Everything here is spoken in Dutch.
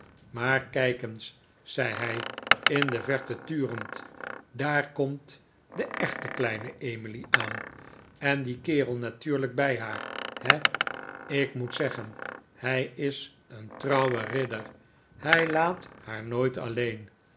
maar kijk eens zei hij in de verte turend daar komt de echte kleine emily aan en die kerel natuurlijk bij haar he ik moet zeggen hij is een trouwe ridder hij laat haar nooit alleen